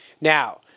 Now